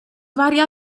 varia